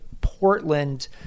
Portland